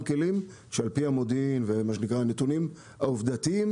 כלים שעל פי המודיעין ומה שנקרא נתונים עובדתיים,